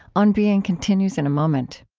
on being continues in a moment